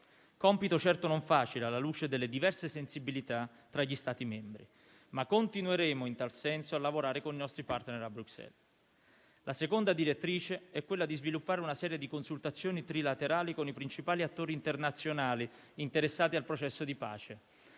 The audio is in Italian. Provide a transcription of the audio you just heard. compito non facile alla luce delle diverse sensibilità tra gli Stati membri, ma continueremo, in tal senso, a lavorare con i nostri *partner* a Bruxelles. La seconda direttrice è quella di sviluppare una serie di consultazioni trilaterali con i principali attori internazionali interessati al processo di pace.